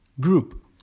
group